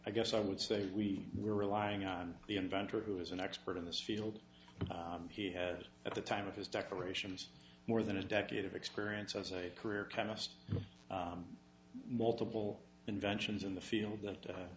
i guess i would say we were relying on the inventor who is an expert in this field he had at the time of his decorations more than a decade of experience as a career chemist multiple inventions in the field that